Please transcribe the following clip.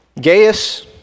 Gaius